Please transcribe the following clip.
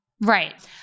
Right